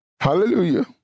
Hallelujah